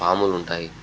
పాములు ఉంటాయి